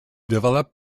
developed